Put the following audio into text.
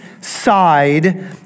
side